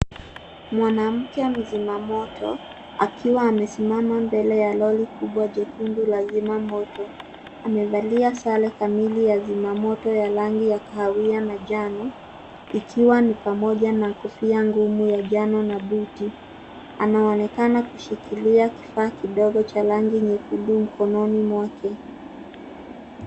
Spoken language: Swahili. Mwanamke mzimamoto akiwa amesimama mbele ya lori kubwa jekundu la zima moto amevalia sare kamili ya zimamoto ya rangi ya kahawia na jano ikiwa ni pamoja na kofia ngumu ya jano na buti. Anaonekana kushikilia kifaa kidogo cha rangi nyekundu mkononi mwake.